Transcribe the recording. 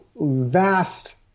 vast